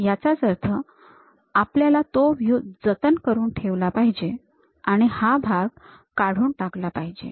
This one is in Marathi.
याचाच अर्थ आपल्याला तो व्ह्यू जतन करून ठेवला पाहिजे आणि हा भाग काढून टाकला पाहिजे